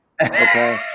Okay